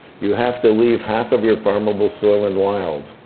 you have to leave half of your farmable soil in wild